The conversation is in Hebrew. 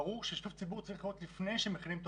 ברור ששיתוף ציבור צריך להיות לפני שמכינים תוכנית.